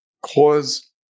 cause